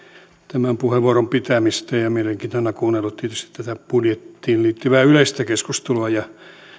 tämän puheenvuoron pitämistä ja mielenkiinnolla kuunnellut tietysti tätä budjettiin liittyvää yleistä keskustelua